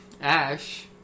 Ash